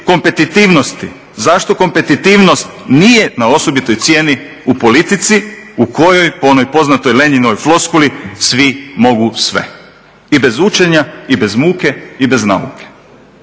kompetitivnosti, zašto kompetitivnost nije na osobitoj cijeni u politici u kojoj po onoj poznatoj Lenjinovoj floskuli svi mogu sve i bez učenja i bez muke i bez nauke.